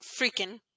freaking